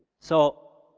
so,